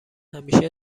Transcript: همیشه